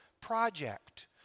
project